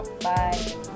Bye